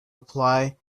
apply